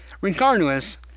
regardless